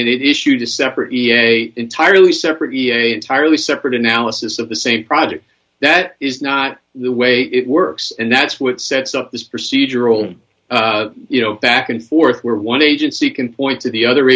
it issued a separate a entirely separate v a entirely separate analysis of the same project that is not the way it works and that's what sets up this procedural you know back and forth where one agency can point to the other